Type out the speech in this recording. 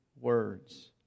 words